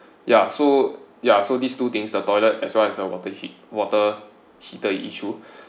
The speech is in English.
ya so ya so these two things the toilet as well as the water heat water heater issue